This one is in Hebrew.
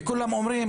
וכולם אומרים